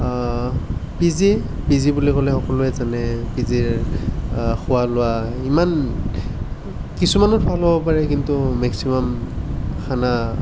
P G P G বুলি ক'লে সকলোৱে জানে পি জিৰ খোৱা লোৱা ইমান কিছুমানৰ ভাল হ'ব পাৰে কিন্তু মেক্সিমাম খানা